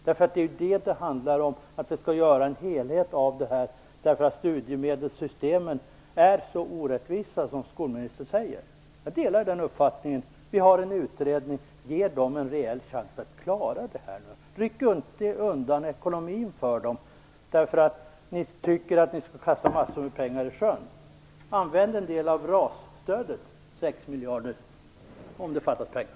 Vad det handlar om är ju att göra en helhet av det här; studiemedelssystemen är ju, som skolministern säger, orättvisa. Jag delar den uppfattningen. Vi har en utredning - ge den en reell chans att klara det här. Ryck inte undan ekonomin för den därför att ni tycker att ni kastar massor av pengar i sjön. Använd en del av RAS-stödet - 6 miljarder - om det fattas pengar.